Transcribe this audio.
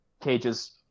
cages